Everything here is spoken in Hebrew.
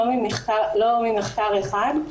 לא ממחקר אחד.